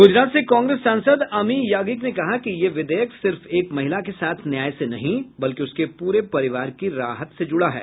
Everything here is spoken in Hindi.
गूजरात से कांग्रेस सांसद अमी याज्ञिक ने कहा कि यह विधेयक सिर्फ एक महिला के साथ न्याय से नहीं बल्कि उसके पूरे परिवार की राहत से जुड़ा है